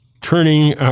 turning